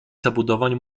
zabudowań